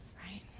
right